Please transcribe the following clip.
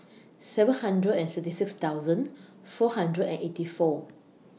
seven hundred and sixty six thousand four hundred and eighty four